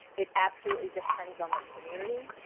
it absolutely depends on the community,